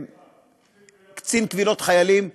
קצין קבילות חיילים,